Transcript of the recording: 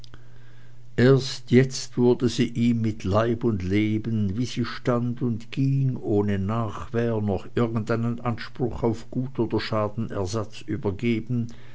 erst jetzt wurde sie ihm mit leib und leben wie sie stand und ging ohne nachwähr noch irgend einigen anspruch auf gut oder schadensersatz übergeben